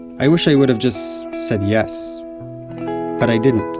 i wish i would have just said yes but i didn't